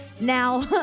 Now